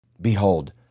Behold